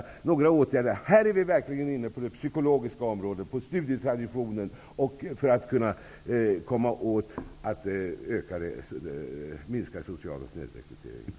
Här är vi verkligen inne på betydelsen av att komma åt de psykologiska faktorerna och studietraditionen för att kunna minska den sociala snedrekryteringen.